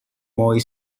more